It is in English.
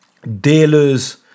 dealers